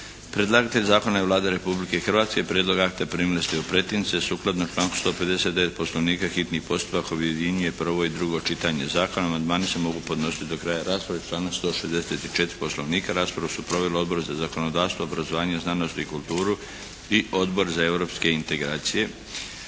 Predlagatelj zakona je Vlada Republike Hrvatske. Prijedlog akta primili ste u pretince. Sukladno članku 159. Poslovnika hitni postupak objedinjuje prvo i drugo čitanje zakona. Amandmani se mogu podnositi do kraja rasprave, članak 164. Poslovnika. Raspravu su proveli Odbor za zakonodavstvo, obrazovanje, znanost i kulturu i Odbor za europske integracije.